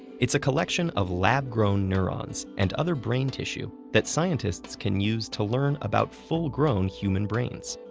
it's a collection of lab-grown neurons and other brain tissue that scientists can use to learn about full-grown human brains.